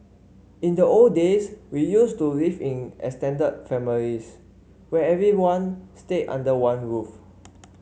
in the old days we used to live in extended families where everyone stayed under one roof